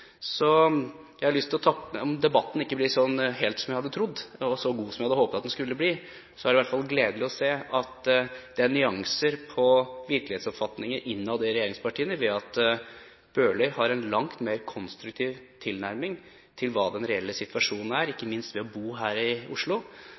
Om debatten ikke ble helt som jeg hadde trodd, og så god som jeg hadde håpet at den skulle bli, er det i hvert fall gledelig å se at det er nyanser når det gjelder virkelighetsoppfatninger innad i regjeringspartiene, ved at Bøhler har en langt mer konstruktiv tilnærming til hva den reelle situasjonen er, ikke